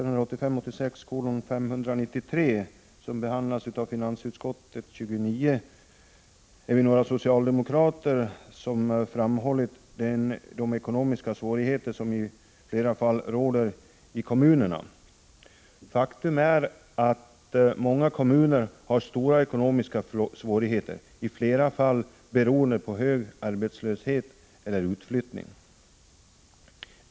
Herr talman! I motion 593, som behandlas i finansutskottets betänkande 29, är vi några socialdemokrater som framhållit de ekonomiska svårigheter som man i flera fall har i kommunerna. Faktum är att många kommuner har stora ekonomiska svårigheter, i flera fall beroende på hög arbetslöshet eller utflyttning.